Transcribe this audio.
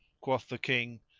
quoth the king,